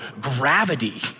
gravity